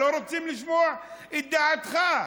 לא רוצים לשמוע את דעתך,